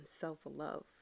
self-love